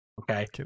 Okay